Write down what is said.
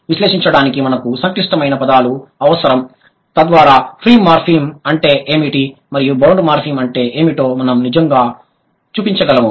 విశ్లేషించడానికి మనకు సంక్లిష్టమైన పదాలు అవసరం తద్వారా ఫ్రీ మార్ఫిమ్ అంటే ఏమిటి మరియు బౌండ్ మార్ఫిమ్ అంటే ఏమిటో మనం నిజంగా చూపించగలము